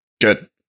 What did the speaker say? Good